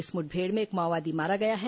इस मुठभेड़ में एक माओवादी मारा गया है